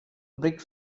brick